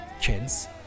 chance